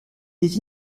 des